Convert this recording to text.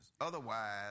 Otherwise